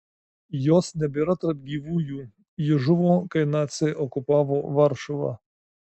jos nebėra tarp gyvųjų ji žuvo kai naciai okupavo varšuvą